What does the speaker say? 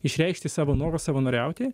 išreikšti savo norą savanoriauti